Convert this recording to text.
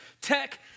tech